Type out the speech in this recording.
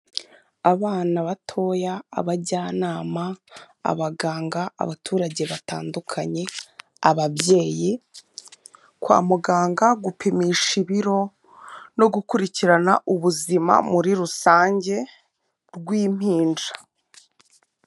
Abana batoya, abajyanama, abaganga, abaturage batandukanye ababyeyi kwa muganga gupimisha ibiro no gukurikirana ubuzima muri rusange rw'impinja.